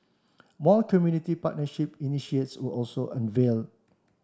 more community partnership were also unveiled